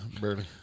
Barely